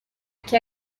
che